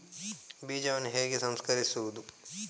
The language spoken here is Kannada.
ಬೀಜವನ್ನು ಹೇಗೆ ಸಂಸ್ಕರಿಸುವುದು?